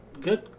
good